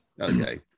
Okay